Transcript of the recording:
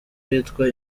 yitwa